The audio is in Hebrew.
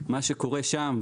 מה שקורה שם,